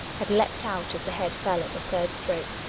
had leapt out as the head fell at the third stroke,